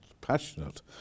passionate